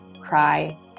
cry